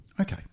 okay